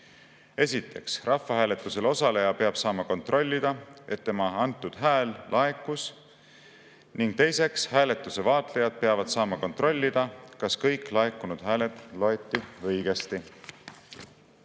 Esiteks, rahvahääletusel osaleja peab saama kontrollida, et tema antud hääl laekus, ning teiseks, hääletuse vaatlejad peavad saama kontrollida, kas kõik laekunud hääled loeti õigesti.